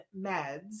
meds